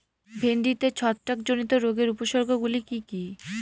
ভিন্ডিতে ছত্রাক জনিত রোগের উপসর্গ গুলি কি কী?